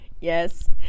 yes